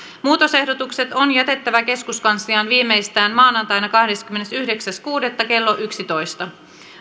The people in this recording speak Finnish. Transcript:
muutosehdotukset on jätettävä keskuskansliaan viimeistään maanantaina kahdeskymmenesyhdeksäs kuudetta kaksituhattaviisitoista kello yksitoista